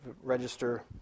register